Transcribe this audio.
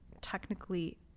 technically